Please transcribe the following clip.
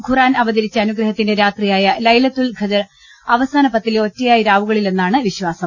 ഖുർആൻ അവതരിച്ച അനുഗ്രഹത്തിന്റെ രാത്രിയായ ലൈലത്തുൽ ഖദ്ർ അവസാന പത്തിലെ ഒറ്റയായ രാവുക ളിലെന്നാണ് വിശ്വാസം